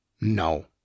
No